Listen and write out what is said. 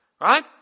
Right